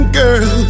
girl